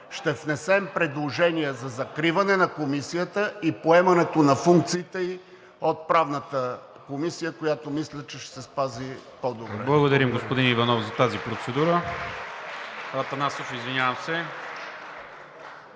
ще внесем предложения за закриване на Комисията и поемането на функциите ѝ от Правната комисия, която мисля, че ще се справи по-добре.